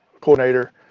coordinator